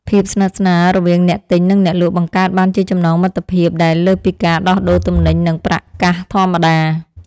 ភាពស្និទ្ធស្នាលរវាងអ្នកទិញនិងអ្នកលក់បង្កើតបានជាចំណងមិត្តភាពដែលលើសពីការដោះដូរទំនិញនិងប្រាក់កាសធម្មតា។